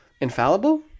infallible